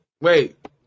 Wait